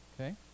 Okay